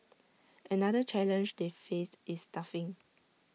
another challenge they faced is staffing